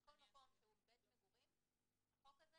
שבכל מקום שהוא בית מגורים החוק הזה